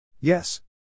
Yes